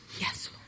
yes